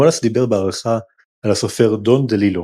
וולאס דיבר בהערכה על הסופר דון דלילו